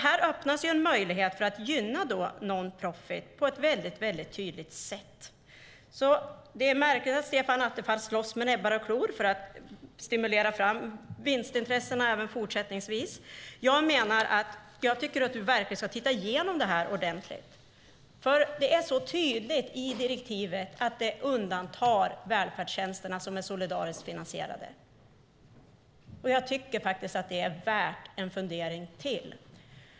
Här öppnas en möjlighet att gynna non-profit på ett mycket tydligt sätt. Det är därför märkligt att Stefan Attefall slåss med näbbar och klor för att även fortsättningsvis stimulera vinstintressena. Jag tycker att han verkligen ska titta igenom det ordentligt. Det är tydligt att direktivet undantar välfärdstjänster som är solidariskt finansierade. Det tycker jag är värd en fundering till.